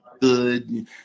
good